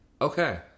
Okay